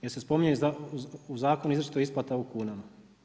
Jer se spominje u zakonu izričito isplata u kunama.